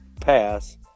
pass